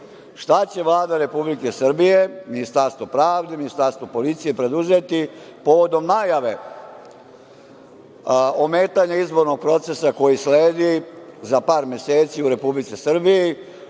šta će Vlada Republike Srbije, Ministarstvo pravde, Ministarstvo policije, preduzeti povodom najave ometanja izbornog procesa koji sledi za par meseci u Republici Srbiji